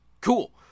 cool